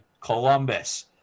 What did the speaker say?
Columbus